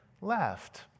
left